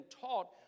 taught